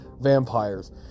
Vampires